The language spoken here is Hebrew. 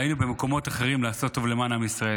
והיינו במקומות אחרים לעשות טוב למען עם ישראל.